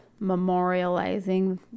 memorializing